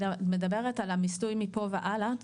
את מדברת על המיסוי מפה והלאה?